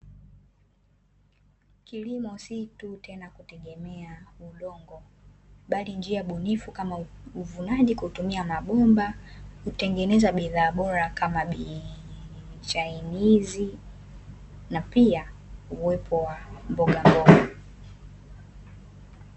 Kilimo si tu tena kutegemea udongo, bali nia bunifu kama uvunaji kutumia mabomba, kutengeneza bidhaa bora kama vile chainizi na pia uwepo wa mbogamboga.